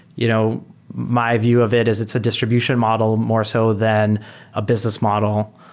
you know my view of it is it's a distribution model more so than a business model.